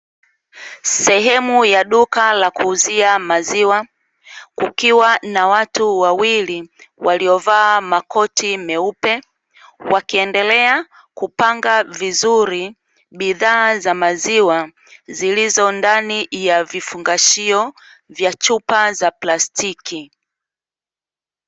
Sehemu ya duka la kuuzia maziwa, kukiwa na watu wawili waliovaa makoti meupe, wakiendelea kupanga vizuri bidhaa za maziwa zilizo ndani ya vifungashio vya chupa za plastiki.